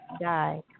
die